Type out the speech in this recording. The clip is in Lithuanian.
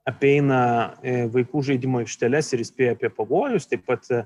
apeina vaikų žaidimų aikšteles ir įspėja apie pavojus taip pat